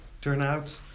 turnout